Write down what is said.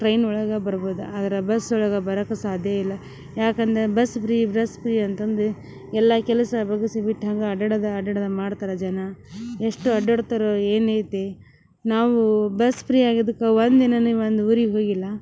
ಟ್ರೈನೊಳಗೆ ಬರ್ಬೋದು ಆದ್ರೆ ಬಸ್ ಒಳಗ ಬರಕು ಸಾಧ್ಯ ಇಲ್ಲ ಯಾಕಂದ ಬಸ್ ಫ್ರೀ ಬಸ್ ಫ್ರೀ ಅಂತಂದು ಎಲ್ಲಾ ಕೆಲಸ ಬಗಸಿ ಬಿಟ್ಟು ಹಂಗ ಅಡ್ಯಾಡದ ಅಡ್ಯಾಡದ ಮಾಡ್ತಾರೆ ಜನ ಎಷ್ಟು ಅಡ್ಯಾಡ್ತಾರೋ ಏನು ಐತಿ ನಾವು ಬಸ್ ಫ್ರೀ ಆಗಿದಕ್ಕೆ ಒಂದು ದಿನಾನು ಒಂದು ಊರಿಗ ಹೋಗಿಲ್ಲಾ